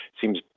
seems